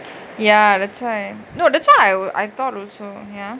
ya that's why that's why I thought also